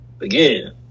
again